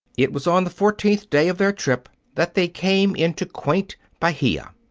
it was on the fourteenth day of their trip that they came into quaint bahia.